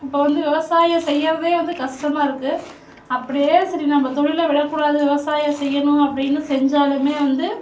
இப்போ வந்து விவசாயம் செய்யறதே வந்து கஷ்டமாக இருக்கு அப்படியே சரி நம்ம தொழிலை விடக்கூடாது விவசாயம் செய்யணும் அப்படின்னு செஞ்சாலுமே வந்து